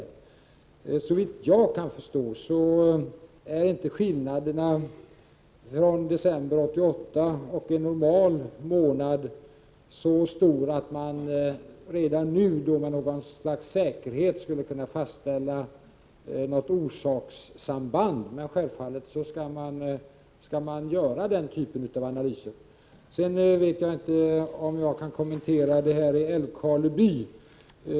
Såvitt jag förstår är inte skillnaden från december månad 1988 och en normal månad så stor att man redan nu med något slags säkerhet skulle kunna fastställa något orsakssamband. Men självfallet skall man göra den typen av analyser. Jag vet inte om jag kan kommentera detta som gäller Älvkarleby.